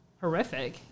horrific